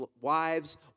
wives